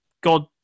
god